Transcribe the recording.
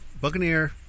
Buccaneer